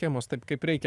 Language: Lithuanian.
rėmus taip kaip reikia